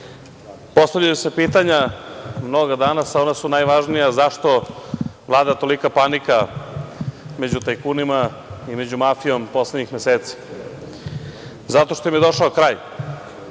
postavljaju se pitanja mnoga danas, a ona najvažnija su - zašto vlada tolika panika među tajkunima i među mafijom poslednjih meseci? Zato što im je došao kraj.